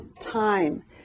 time